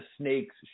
Snake's